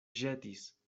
ĵetis